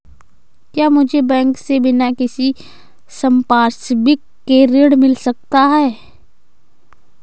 क्या मुझे बैंक से बिना किसी संपार्श्विक के ऋण मिल सकता है?